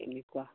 তেনেকুৱা